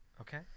Okay